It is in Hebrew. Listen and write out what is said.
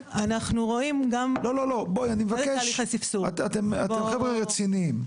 אתם חבר'ה רציניים,